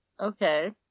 Okay